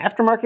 aftermarket